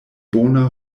bona